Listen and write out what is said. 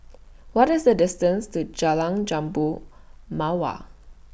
What IS The distance to Jalan Jambu Mawar